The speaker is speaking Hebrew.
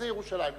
לאיזו ירושלים?